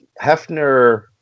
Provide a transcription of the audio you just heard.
Hefner